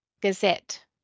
Gazette